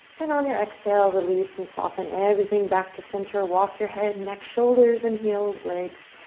and on your exhale, release and soften everything back to center. walk your head, neck, shoulders, and heels, legs,